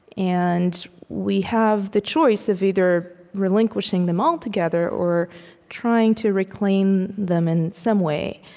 and we have the choice of either relinquishing them altogether or trying to reclaim them in some way.